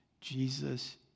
Jesus